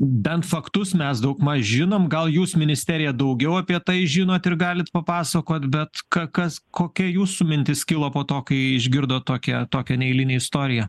bent faktus mes daugmaž žinom gal jūs ministerija daugiau apie tai žinot ir galit papasakot bet ką kas kokia jūsų mintis kilo po to kai išgirdot tokią tokią neeilinę istoriją